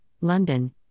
London